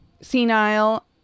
senile